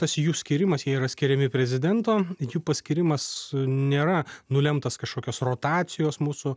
tas jų skyrimas jie yra skiriami prezidento jų paskyrimas nėra nulemtas kažkokios rotacijos mūsų